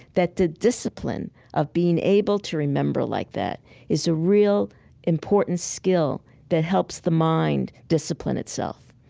that the discipline of being able to remember like that is a real important skill that helps the mind discipline itself.